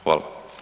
Hvala.